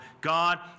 God